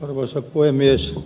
arvoisa puhemies